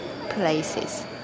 places